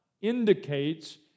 indicates